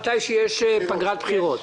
זה היה בפגרת הבחירות.